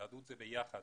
יהדות זה ביחד